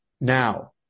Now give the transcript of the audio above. now